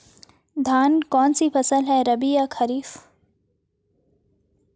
धान कौन सी फसल है रबी या खरीफ?